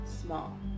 small